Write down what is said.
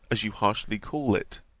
as you harshly call it.